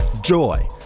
joy